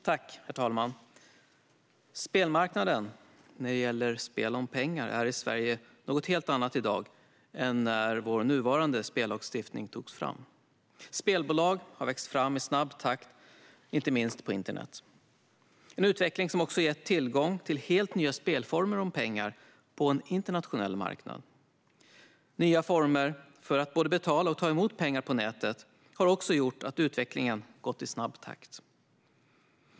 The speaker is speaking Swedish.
Herr talman! Marknaden för spel om pengar är i Sverige något helt annat i dag än när vår nuvarande spellagstiftning togs fram. Spelbolag har vuxit fram i snabb takt, inte minst på internet - en utveckling som också gett tillgång till helt nya former av spel om pengar på en internationell marknad. Nya former för att både betala och ta emot pengar på nätet har också gjort att utvecklingen gått i snabb takt.